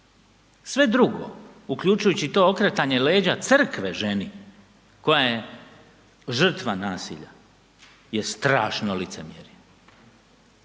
Sve drugo uključujući to okretanje leđa crkve ženi koja je žrtva nasilja je strašno licemjerje.